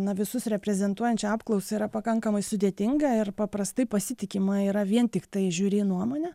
na visus reprezentuojančią apklausą yra pakankamai sudėtinga ir paprastai pasitikima yra vien tiktai žiuri nuomone